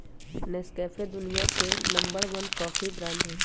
Nescafe दुनिया के number one coffee brand हई